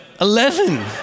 eleven